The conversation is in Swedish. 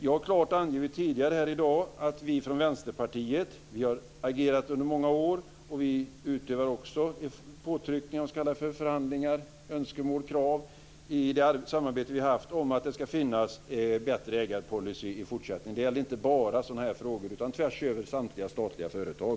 Jag har tidigare här i dag klart angivit att vi från Vänsterpartiet har agerat under många år. Vi utövar också påtryckningar, förhandlar, uttrycker önskemål och ställer krav i det samarbete vi har för att ägarpolicyn ska bli bättre. Det gäller inte bara dessa frågor utan samtliga statliga företag.